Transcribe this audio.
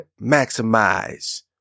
maximize